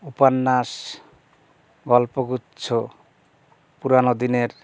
উপন্যাস গল্পগুচ্ছ পুরানো দিনের